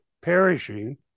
perishing